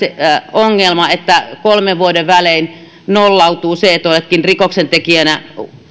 ongelma että se kolmen vuoden välein nollautuu ja oletkin rikoksentekijänä